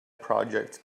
projects